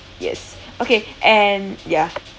yes okay and ya